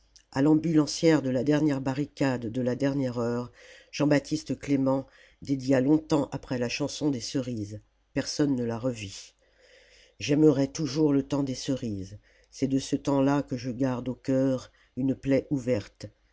à l'ambulancière de la dernière barricade et de la dernière heure j b clément dédia longtemps après la chanson des cerises personne ne la revit j'aimerai toujours le temps des cerises c'est de ce temps-là que je garde au cœur une place ouverte